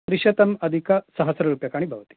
त्रिशतम् अधिक सहस्ररूप्यकाणि भवति